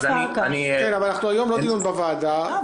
אענה